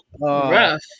Rough